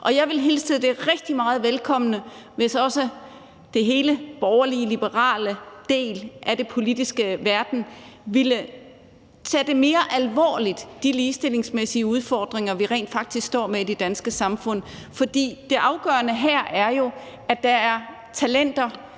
Og jeg ville hilse det rigtig meget velkommen, hvis også hele den borgerlig-liberale del af den politiske verden ville tage de ligestillingsmæssige udfordringer, vi rent faktisk står med i det danske samfund, mere alvorligt. Det afgørende her er jo, at der er talenter,